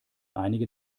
einige